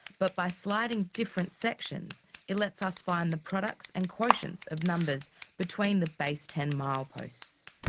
but by sliding different sections it lets us find the products and quotients of numbers between the base ten mile posts.